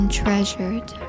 treasured